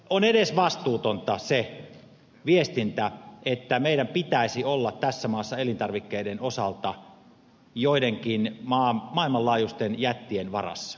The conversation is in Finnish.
on edesvastuutonta se viestintä että meidän pitäisi olla tässä maassa elintarvikkeiden osalta joidenkin maailmanlaajuisten jättien varassa